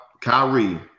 Kyrie